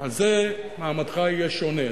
על זה מעמדך יהיה שונה.